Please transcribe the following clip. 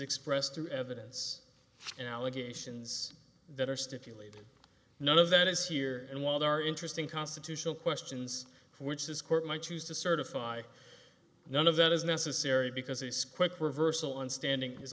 expressed through evidence and allegations that are stipulated none of that is here and while there are interesting constitutional questions for which this court might choose to certify none of that is necessary because it's quick reversal and standing is